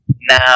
now